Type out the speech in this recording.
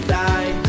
die